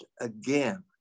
again